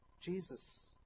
Jesus